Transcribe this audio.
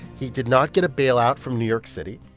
he did not get a bailout from new york city.